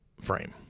frame